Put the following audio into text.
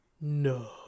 No